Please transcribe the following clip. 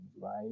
right